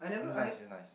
it's nice it's nice